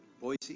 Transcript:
Boise